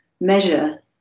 measure